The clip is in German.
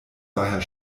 daher